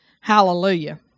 Hallelujah